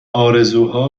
آرزوها